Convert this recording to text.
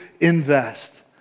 invest